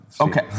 okay